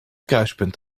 kruispunt